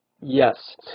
Yes